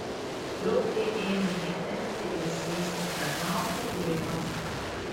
draugė ėmė ją tempti ir zyzti kad laukia tėvas